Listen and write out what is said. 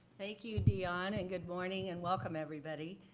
thank you, deone. and good morning and welcome everybody.